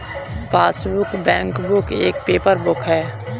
passbook, bankbook एक paper book है